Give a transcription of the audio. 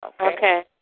Okay